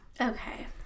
okay